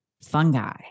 fungi